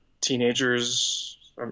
teenagers